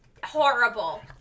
horrible